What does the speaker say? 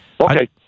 Okay